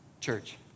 church